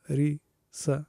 ri sa